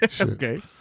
Okay